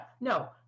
no